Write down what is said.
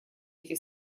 эти